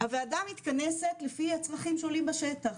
הוועדה מתכנסת לפי הצמחים שעולים בשטח,